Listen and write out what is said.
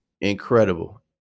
Incredible